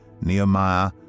Nehemiah